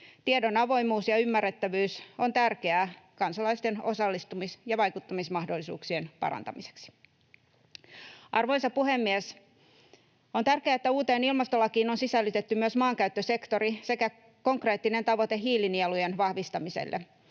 Tiedon avoimuus ja ymmärrettävyys ovat tärkeitä kansalaisten osallistumis- ja vaikuttamismahdollisuuksien parantamiseksi. Arvoisa puhemies! On tärkeää, että uuteen ilmastolakiin on sisällytetty myös maankäyttösektori sekä konkreettinen tavoite hiilinielujen vahvistamiselle.